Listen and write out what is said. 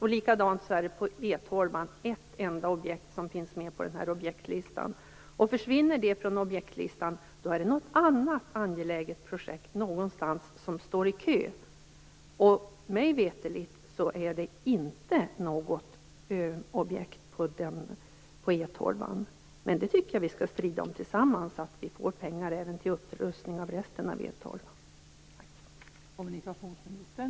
På samma sätt är det på E 12:an ett enda objekt som finns med på objektslistan. Försvinner det från objektslistan är det något annat angeläget projekt någonstans som står i kö, och mig veterligt är det inte något objekt på E 12:an. Men det tycker jag att vi skall strida för tillsammans - att vi får pengar även till upprustning av resten av E 12:an.